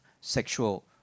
sexual